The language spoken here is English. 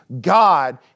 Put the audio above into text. God